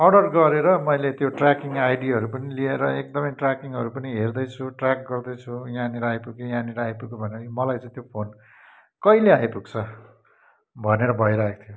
order गरेर मैले त्यो ट्र्याकिङ आइडीहरू पनि लिएर एकदमै ट्र्याकिङहरू पनि हेर्दैछु ट्र्याक गर्दैछु यहाँनिर आइपुग्यो यहाँनिर आइपुग्यो भनेर मलाई चाहिँ त्यो फोन कहिले आइपुग्छ भनेर भइरहेको थियो